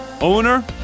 owner